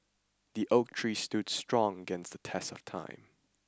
the oak tree stood strong against the test of time